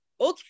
Okay